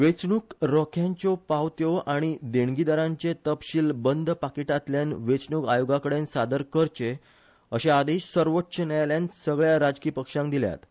वेंचणूक रोख्यांच्यो पावत्यो आनी देणगीदारांचे तपशील बंद पाकिटांतल्यान वेंचणूक आयोगा कडेन सादर करचे अशें आदेश सर्वोच्च न्यायालयान सगल्या राजकी पक्षांक दिल्यात